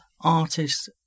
artists